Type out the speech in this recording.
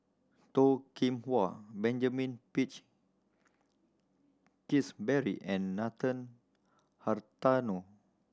Toh Kim Hwa Benjamin Peach Keasberry and Nathan Hartono